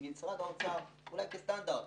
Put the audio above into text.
משרד האוצר אולי כסטנדרט,